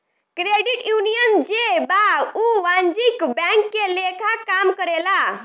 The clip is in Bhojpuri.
क्रेडिट यूनियन जे बा उ वाणिज्यिक बैंक के लेखा काम करेला